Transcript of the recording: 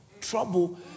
trouble